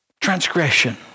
Transgression